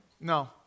No